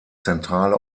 zentrale